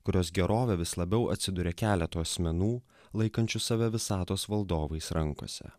kurios gerovė vis labiau atsiduria keleto asmenų laikančių save visatos valdovais rankose